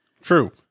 True